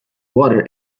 water